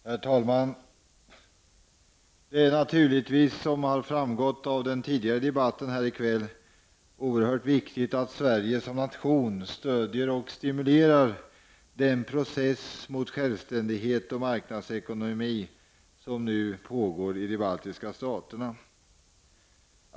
Herr talman! Det är naturligtvis, som har framgått av den tidigare debatten här i kväll, oerhört viktigt att Sverige som nation stöder och stimulerar den process mot självständighet och marknadsekonomi som nu pågår i de baltiska staterna.